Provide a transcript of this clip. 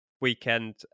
weekend